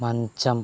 మంచం